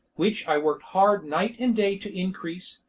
which i worked hard night and day to increase,